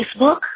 Facebook